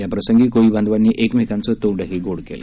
या प्रसंगी कोळी बांधवांनी एकमेकांचं तोंड गोड केलं